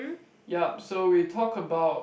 yup so we talk about